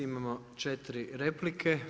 Imamo 4 replike.